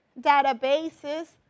databases